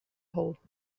hole